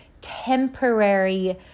temporary